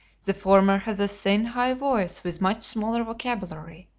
the former has a thin, high voice with much smaller vocabulary.